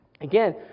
Again